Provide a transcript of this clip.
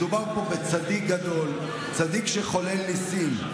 מדובר פה בצדיק גדול, צדיק שחולל ניסים.